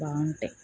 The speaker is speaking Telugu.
బాగుంటాయి